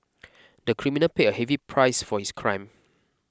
the criminal paid a heavy price for his crime